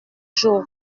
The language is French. jour